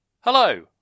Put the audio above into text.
Hello